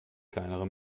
kleinere